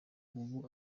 ubu